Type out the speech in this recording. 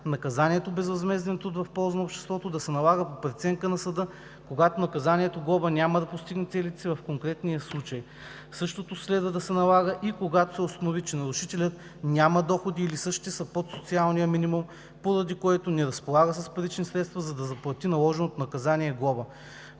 наказанието „безвъзмезден труд в полза на обществото“ да се налага по преценка на съда, когато наказанието „глоба“ няма да постигне целите си в конкретния случай. Същото следва да се налага и когато се установи, че нарушителят няма доходи или същите са под социалния минимум, поради което не разполага с парични средства, за да заплати наложеното наказание „глоба“.